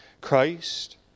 Christ